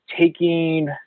taking